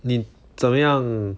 你怎么样